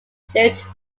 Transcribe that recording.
fluent